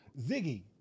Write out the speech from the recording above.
Ziggy